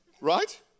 right